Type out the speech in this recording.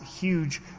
huge